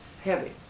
heavy